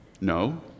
No